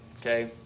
okay